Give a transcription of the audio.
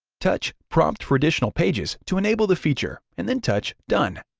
touch prompt for additional pages to enable the feature, and then touch done.